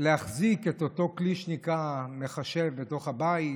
להחזיק את אותו כלי שנקרא מחשב בתוך הבית.